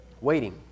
waiting